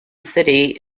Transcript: city